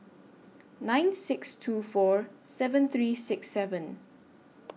nine six two four seven three six seven